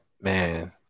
man